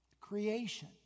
Creation